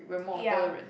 ya